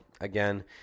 again